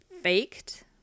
faked